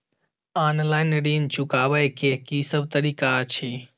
Online ऋण चुकाबै केँ की सब तरीका अछि?